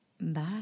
Bye